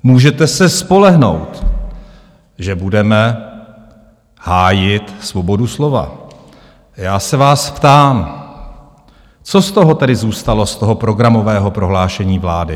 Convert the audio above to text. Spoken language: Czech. můžete se spolehnout, že budeme hájit svobodu slova já se vás ptám, co z toho tedy zůstalo z programového prohlášení vlády?